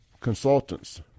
Consultants